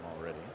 already